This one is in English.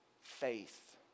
faith